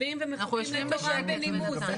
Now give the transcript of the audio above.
מצביעים ומחכים בנימוס.